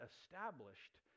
established